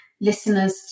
listeners